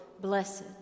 Blessed